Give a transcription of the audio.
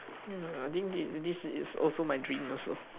I think the this is also my dream also